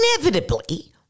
inevitably